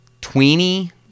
tweeny